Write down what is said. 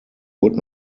would